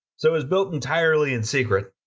so it was built entirely in secret.